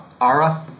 ARA